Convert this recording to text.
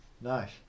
Nice